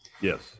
Yes